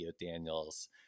Daniels